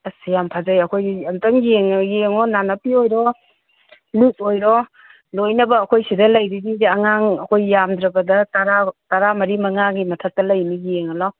ꯑꯁ ꯌꯥꯝ ꯐꯖꯩ ꯑꯩꯈꯣꯏꯒꯤ ꯑꯝꯇꯪ ꯌꯦꯡꯉꯣ ꯅꯥꯅꯞꯄꯤ ꯑꯣꯏꯔꯣ ꯂꯤꯛ ꯑꯣꯏꯔꯣ ꯂꯣꯏꯅꯕꯛ ꯑꯩꯈꯣꯏ ꯁꯤꯗ ꯂꯩꯔꯤꯁꯤꯡꯁꯦ ꯑꯉꯥꯡ ꯑꯩꯈꯣꯏ ꯌꯥꯝꯗ꯭ꯔꯥꯕꯗ ꯇꯔꯥ ꯇꯔꯥ ꯃꯔꯤ ꯃꯉꯥꯒꯤ ꯃꯊꯛꯇ ꯂꯩꯃꯤ ꯌꯦꯡꯉꯨ ꯂꯥꯎ